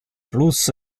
plus